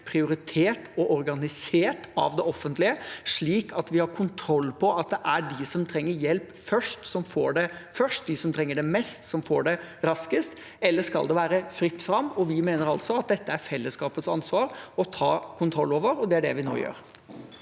prioritert og organisert av det offentlige, slik at vi har kontroll på at det er de som trenger hjelp først, som får det først, og at det er de som trenger det mest, som får det raskest, eller skal det være fritt fram? Vi mener altså at dette er fellesskapets ansvar å ta kontroll over, og det er det vi nå gjør.